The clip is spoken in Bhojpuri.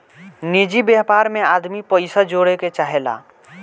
निजि व्यापार मे आदमी पइसा जोड़े के चाहेला